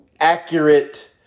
accurate